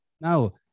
Now